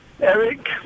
Eric